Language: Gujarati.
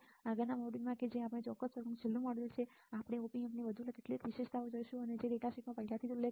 આગળના મોડ્યુલમાં કે જે આ ચોક્કસ વર્ગનું છેલ્લું મોડ્યુલ છે આપણે ઓપ એમ્પની વધુ કેટલીક વિશેષતાઓ જોઈશું જે ડેટા શીટમાં પહેલાથી જ ઉલ્લેખિત છે